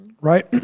right